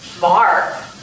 bar